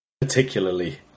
particularly